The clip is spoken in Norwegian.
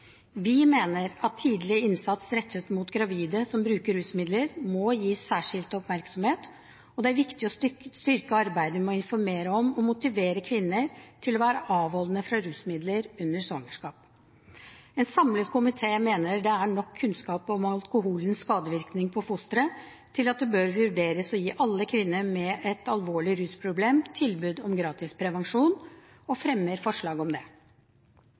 Vi mener at tidlig innsats rettet mot gravide som bruker rusmidler, må gis særskilt oppmerksomhet, og det er viktig å styrke arbeidet med å informere om og motivere kvinner til å være avholdende fra rusmidler under svangerskapet. En samlet komité mener det er nok kunnskap om alkoholens skadevirkning på fosteret til at det bør vurderes å gi alle kvinner med et alvorlig rusproblem tilbud om gratis prevensjon, og fremmer forslag om det.